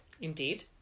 Indeed